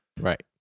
Right